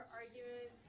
argument